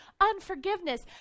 unforgiveness